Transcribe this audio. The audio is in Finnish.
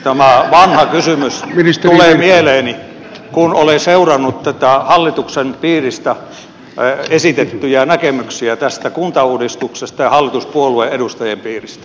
tämä vanha kysymys tulee mieleeni kun olen seurannut hallituksen piiristä esitettyjä näkemyksiä tästä kuntauudistuksesta ja hallituspuolue edustajien piiristä